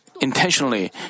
intentionally